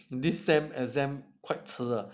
this sem exam quite 迟啊